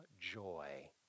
joy